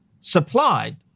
supplied